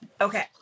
Okay